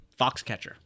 Foxcatcher